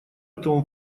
этому